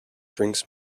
drinks